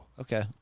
Okay